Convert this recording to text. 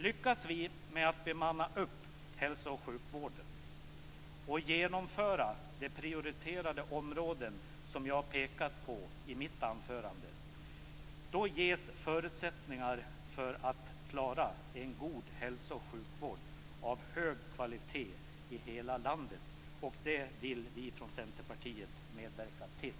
Lyckas vi med att bemanna hälsooch sjukvården och att genomföra förändringar på de prioriterade områden som jag pekat på i mitt anförande ges förutsättningar för att klara en god hälso och sjukvård av hög kvalitet i hela landet. Det vill vi från Centerpartiet medverka till.